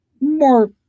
more